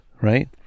right